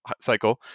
cycle